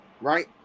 right